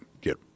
get